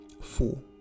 four